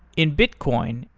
in bitcoin,